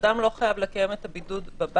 אדם לא חייב לקיים את הבידוד בבית.